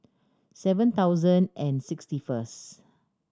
seven thousand and sixty first